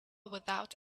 without